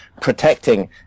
protecting